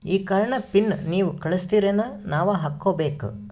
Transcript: ಈ ಕಾರ್ಡ್ ನ ಪಿನ್ ನೀವ ಕಳಸ್ತಿರೇನ ನಾವಾ ಹಾಕ್ಕೊ ಬೇಕು?